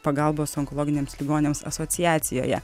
pagalbos onkologiniams ligoniams asociacijoje